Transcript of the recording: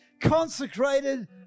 consecrated